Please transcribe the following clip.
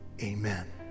Amen